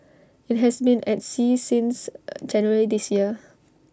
IT has been at sea since January this year